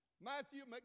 Matthew